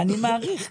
אני מעריך כך.